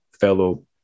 fellow